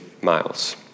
miles